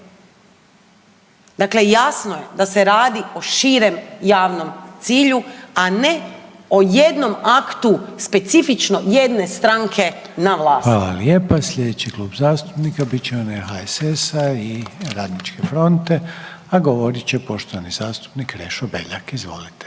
Dakle, jasno je da se radi o širem javnom cilju, a ne o jednom aktu specifično jedne stranke na vlasti. **Reiner, Željko (HDZ)** Hvala lijepa. Slijedeći Klub zastupnika bit će onaj HSS-a i Radničke fronte, a govorit će poštovani zastupnik Krešo Beljak, izvolite.